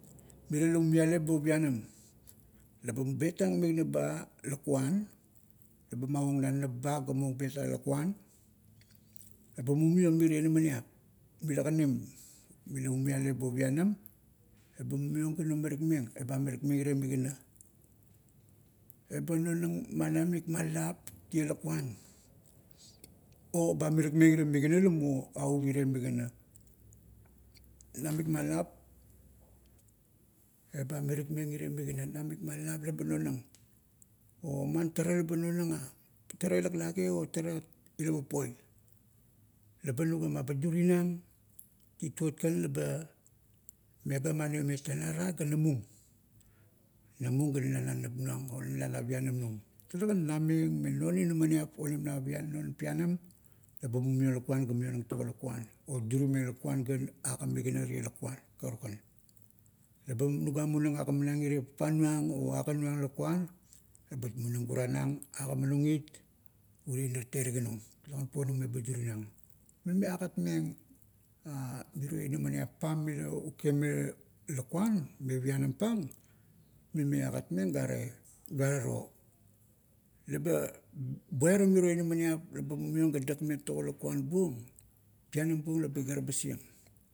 Mirie la umiale bo pianam. Laba betang migana ba lakuan, eba maong na nap ba ga muong betong lakuan, eba mumiong mirie inaminiap mila kanim, mila umiale bo pianam, eba mumiong ga nomarikmeng eba amarikmeng irie migana, "eba nonang ma namik ma lap tie lakuan?" O, eba amarikmeng irie migana la muo a up irie migana, "namik ma lap, eba amarikmeng irie migana, namik ma lap leba nonang? O, man tara laba nonanga? Tara ila laklage, o tara ila papoi? Laba nugama eba durinang, tituot kan laba megama noime, "tenara ga namung, namung ga nala na nap nuang, o nala na pianam nung. Talegan nameng me non inaminiap onim na non pianam, ba mumiong lakuan ga mionang to lakuan, o durimeng lakuan ga aga migana rie lakua karukan. Leba nuga munang agamanang irie papa nuang, o aga nung lakuan, ebat munang guranang, agamanung it, urie inar teriginung talegan puonung eba durinang. Mime agat meng miro inamaniap pam la uke me lakuan, me pianam pang, mime agat meng gare ro. "Leba buiram miro inaminiap laba mumiong ga dakmeng tago lakuan buong, pianam buong laba kiribasieng.